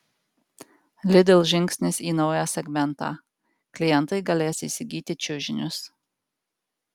lidl žingsnis į naują segmentą klientai galės įsigyti čiužinius